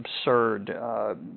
absurd